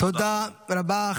תודה רבה.